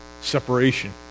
separation